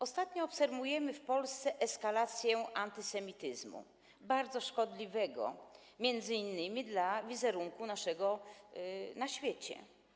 Ostatnio obserwujemy w Polsce eskalację antysemityzmu, bardzo szkodliwego m.in. dla naszego wizerunku na świecie.